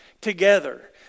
together